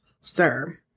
sir